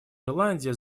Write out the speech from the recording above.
ирландия